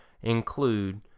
include